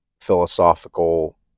philosophical